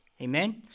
Amen